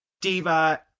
Diva